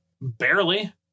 Barely